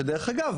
שדרך אגב,